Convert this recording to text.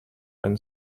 and